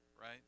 right